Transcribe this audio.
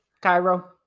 cairo